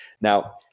Now